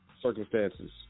circumstances